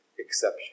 exception